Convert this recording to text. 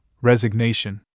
Resignation